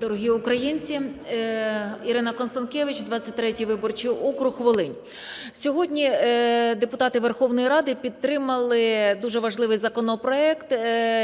Дорогі українці! Ірина Констанкевич, 23 виборчий округ, Волинь. Сьогодні депутати Верховної Ради підтримали дуже важливий законопроект,